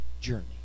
journey